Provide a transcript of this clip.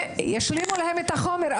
ישלימו להם את החומר,